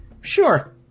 Sure